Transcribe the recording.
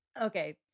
Okay